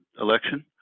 election